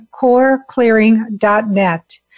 coreclearing.net